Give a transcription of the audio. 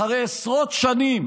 אחרי עשרות שנים